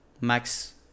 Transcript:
max